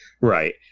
Right